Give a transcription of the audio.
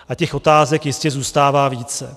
A těch otázek jistě zůstává více.